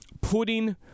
putting